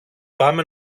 πάμε